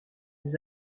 des